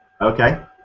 Okay